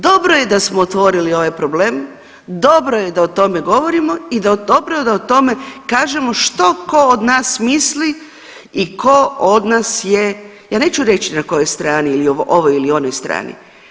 Dobro je da smo otvorili ovaj problem, dobro je da o tome govorimo i dobro je da o tome kažemo što ko od nas misli i ko od nas je, ja neću reći na kojoj strani ili ovoj ili onoj strani.